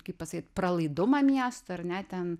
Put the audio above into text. kaip pasakyt pralaidumą miesto ar ne ten